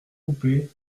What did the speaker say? coupé